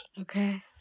Okay